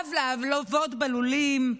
אהב לעבוד בלולים,